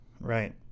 Right